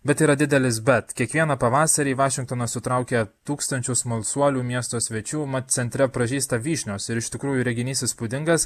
bet yra didelis bet kiekvieną pavasarį vašingtonas sutraukia tūkstančius smalsuolių miesto svečių mat centre pražysta vyšnios ir iš tikrųjų reginys įspūdingas